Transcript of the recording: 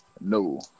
No